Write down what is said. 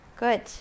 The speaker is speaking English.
good